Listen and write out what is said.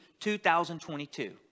2022